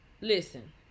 listen